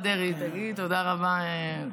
תודה רבה, דרעי.